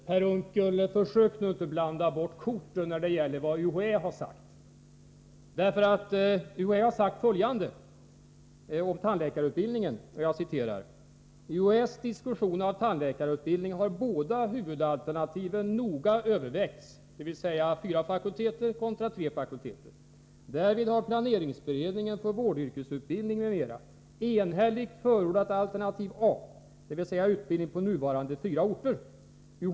Herr talman! Jag vill uppmana Per Unckel att inte försöka blanda bort korten när det gäller UHÄ:s uttalande. UHÄ har nämligen sagt följande om tandläkarutbildningen: ”I UHÄ:s diskussion av tandläkarutbildning har båda huvudalternativen noga övervägts.” Det gäller alltså fyra fakulteter kontra tre. ”Därvid har planeringsberedningen för vårdyrkesutbildning m.m. enhälligt förordat alternativ A, dvs. utbildning på nuvarande fyra orter.